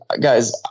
guys